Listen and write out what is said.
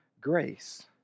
grace